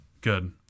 good